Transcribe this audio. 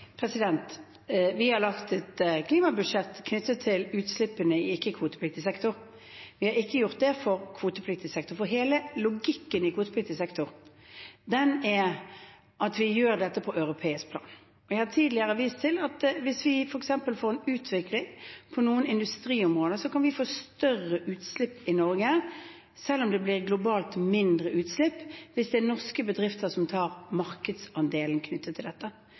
Vi har laget et klimabudsjett som er knyttet til utslippene i ikke-kvotepliktig sektor. Vi har ikke gjort det for kvotepliktig sektor, for hele logikken i kvotepliktig sektor er at vi gjør dette på europeisk nivå. Jeg har tidligere vist til at hvis vi f.eks. får en utvikling på noen industriområder, kan vi få større utslipp i Norge selv om det globalt blir mindre utslipp hvis det er norske bedrifter som tar markedsandelen knyttet til dette.